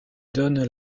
donne